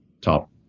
top